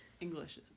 English